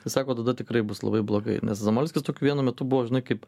tai sako tada tikrai bus labai blogai nes zamolskis tokiu vienu metu buvo žinai kaip